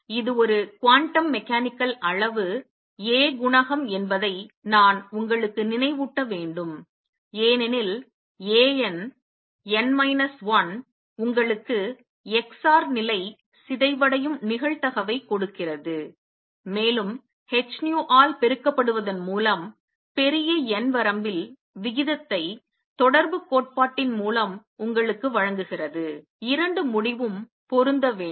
இது ஒரு quantum mechanical அளவு A குணகம் என்பதை நான் உங்களுக்கு நினைவூட்ட வேண்டும் ஏனெனில் A n n மைனஸ் 1 உங்களுக்கு x r நிலை சிதைவடையும் நிகழ்தகவைக் கொடுக்கிறது மேலும் h nu ஆல் பெருக்கப்படுவதன் மூலம் பெரிய n வரம்பில் விகிதத்தை தொடர்புக் கோட்பாட்டின் மூலம் உங்களுக்கு வழங்குகிறது 2 முடிவும் பொருந்த வேண்டும்